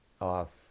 off